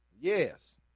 Yes